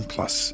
Plus